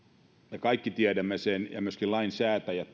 me kaikki tiedämme sen myöskin me lainsäätäjät